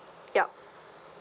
yup